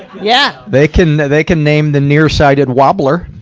yeah! they can they they can name the near-sighted wobbler!